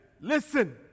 listen